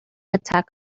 attack